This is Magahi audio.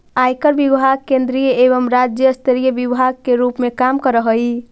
आयकर विभाग केंद्रीय एवं राज्य स्तरीय विभाग के रूप में काम करऽ हई